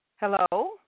Hello